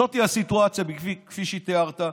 זאת הסיטואציה, כפי שתיארת.